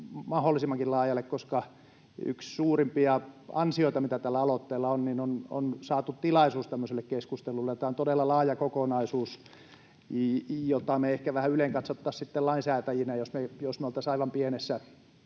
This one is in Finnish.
mahdollisimmankin laajalle, koska yksi suurimpia ansioita, mitä tällä aloitteella on, on se, että on saatu tilaisuus tämmöiselle keskustelulle. Tämä on todella laaja kokonaisuus, jota me ehkä vähän ylenkatsottaisiin lainsäätäjinä, jos me oltaisiin aivan pienessä,